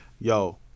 Yo